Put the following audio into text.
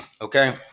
okay